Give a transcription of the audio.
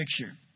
picture